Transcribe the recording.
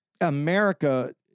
America